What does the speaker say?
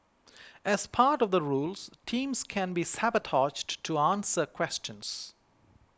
as part of the rules teams can be sabotaged to answer questions